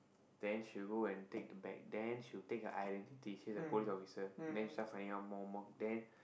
then she will go and take the bag then she will take her identity she a police officer then she start finding out more and more then